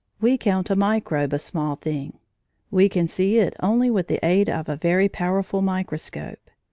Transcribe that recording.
we count a microbe a small thing we can see it only with the aid of a very powerful microscope.